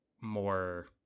more